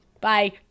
Bye